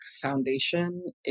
Foundation